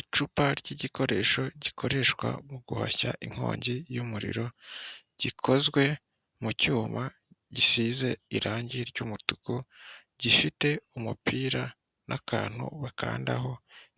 Icupa ry'igikoresho gikoreshwa mu guhashya inkongi y'umuriro, gikozwe mu cyuma gisize irangi ry'umutuku gifite umupira n'akantu bakandaho